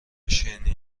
شیرینی